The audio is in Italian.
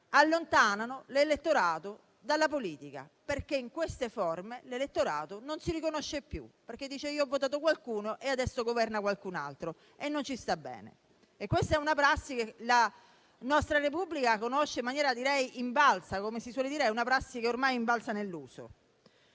allontanano l'elettorato dalla politica. In queste forme l'elettorato non si riconosce più, perché dice di aver votato qualcuno e poi governa qualcun altro, e ciò non gli sta bene. Questa è una prassi che la nostra Repubblica conosce in maniera direi invalsa; come si suole dire, è una prassi che ormai è invalsa nell'uso.